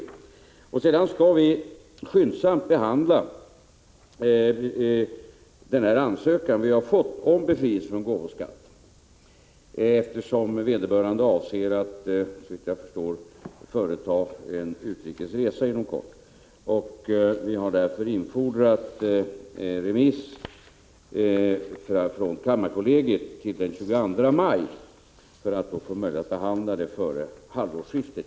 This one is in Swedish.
Vidare skall regeringen skyndsamt behandla den ansökan vi har fått om befrielse från gåvoskatt, eftersom vederbörande såvitt jag förstår avser att företa en utrikes resa inom kort. Regeringen har därför infordrat remiss från kammarkollegiet till den 22 maj för att om möjligt kunna behandla den före halvårsskiftet.